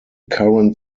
current